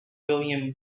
william